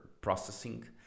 processing